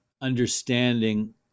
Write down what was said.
understanding